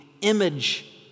image